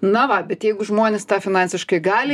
na va bet jeigu žmonės tą finansiškai gali